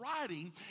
writing